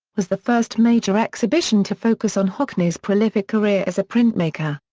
was the first major exhibition to focus on hockney's prolific career as a printmaker.